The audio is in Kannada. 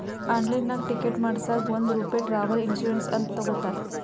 ಆನ್ಲೈನ್ನಾಗ್ ಟಿಕೆಟ್ ಮಾಡಸಾಗ್ ಒಂದ್ ರೂಪೆ ಟ್ರಾವೆಲ್ ಇನ್ಸೂರೆನ್ಸ್ ಅಂತ್ ತಗೊತಾರ್